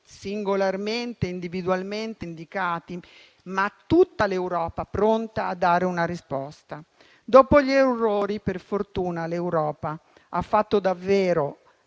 singolarmente e individualmente indicati, ma tutta l'Europa pronta a dare una risposta. Dopo gli errori, per fortuna l'Europa ha saputo fare